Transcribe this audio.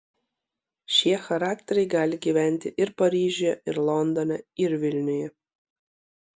šie charakteriai gali gyventi ir paryžiuje ir londone ir vilniuje